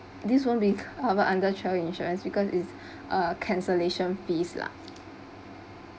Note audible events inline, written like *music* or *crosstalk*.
this one will cover under travel insurance because it's *breath* uh cancellation fees lah